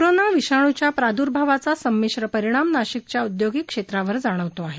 corona विषाणूच्या प्राद्भावाचा संमिश्र परिणाम नाशिकच्या औदयोगिक क्षेत्रावर जाणवतो आहे